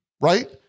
right